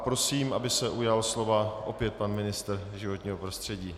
Prosím, aby se ujal slova opět pan ministr životního prostředí.